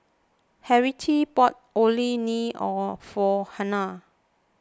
Harriette bought Orh Nee for Hernan